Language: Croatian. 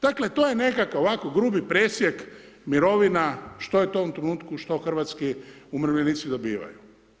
Dakle, to je nekakav ovako grubi presjek mirovina što je to u ovom trenutku što hrvatski umirovljenici dobivaju.